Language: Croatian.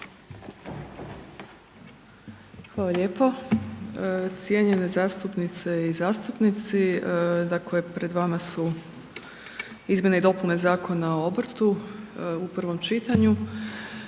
Hvala lijepo. Cijenjene zastupnice i zastupnici dakle pred vama su izmjene i dopune Zakona o obrtu u prvom čitanju.